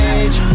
age